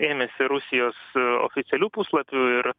ėmėsi rusijos oficialių puslapių ir